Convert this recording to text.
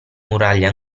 muraglia